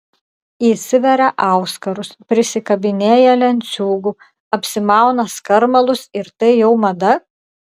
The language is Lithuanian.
įsiveria auskarus prisikabinėja lenciūgų apsimauna skarmalus ir tai jau mada